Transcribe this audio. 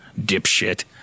dipshit